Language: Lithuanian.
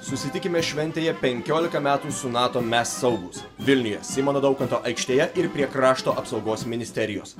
susitikime šventėje penkiolika metų su nato mes saugūs vilniuje simono daukanto aikštėje ir prie krašto apsaugos ministerijos